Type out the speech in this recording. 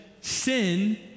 sin